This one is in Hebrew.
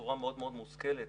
בצורה מאוד מאוד מושכלת,